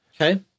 Okay